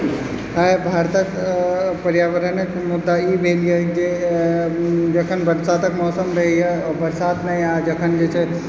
आइ भारतक पर्यावरणक मुद्दा ई भेलए जे जखन बरसातक मौसम रहैए बरसातमे आ जखन जे छै